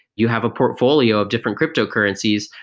you have a portfolio of different cryptocurrencies.